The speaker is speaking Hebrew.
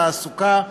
התעסוקה,